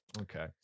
Okay